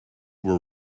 were